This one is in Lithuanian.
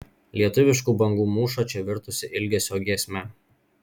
lietuviškų bangų mūša čia virtusi ilgesio giesme